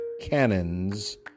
cannons